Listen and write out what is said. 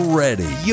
ready